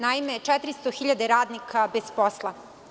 Naime, 400.000 radnika je bez posla.